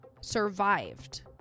survived